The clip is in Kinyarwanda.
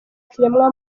kiremwa